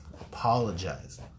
apologize